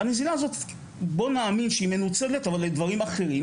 הנזילה הזאת בואו נאמין שהיא מנוצלת אבל לדברים אחרים